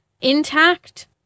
intact